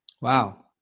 Wow